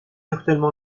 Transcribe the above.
actuellement